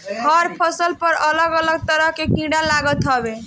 हर फसल पर अलग अलग तरह के कीड़ा लागत हवे